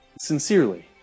sincerely